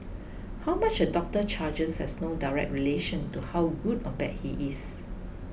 how much a doctor charges has no direct relation to how good or bad he is